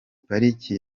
pariki